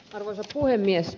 arvoisa puhemies